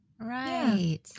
Right